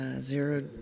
zero